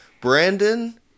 Brandon